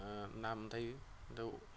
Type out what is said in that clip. नाम थायो बेयाव